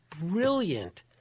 brilliant